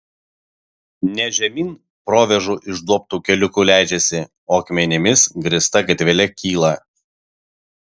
ne žemyn provėžų išduobtu keliuku leidžiasi o akmenimis grįsta gatvele kyla